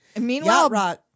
Meanwhile